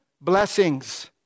blessings